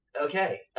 Okay